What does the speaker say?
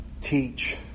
teach